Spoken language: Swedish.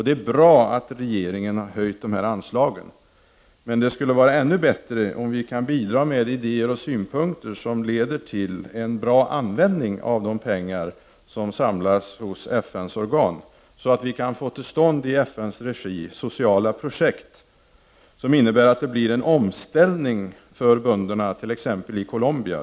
Det är bra att regeringen har höjt anslaget. Men det skulle vara ännu bättre om vi kunde bidra med idéer och synpunkter som leder till en bra användning av de pengar som samlats hos FN:s organ, så att vi i FN:s regi kan få till stånd sociala projekt som innebär en omställning för bönderna t.ex. i Colombia.